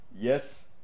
Yes